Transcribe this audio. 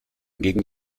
gegen